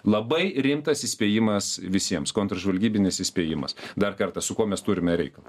labai rimtas įspėjimas visiems kontržvalgybinis įspėjimas dar kartą su kuo mes turime reikalą